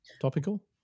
Topical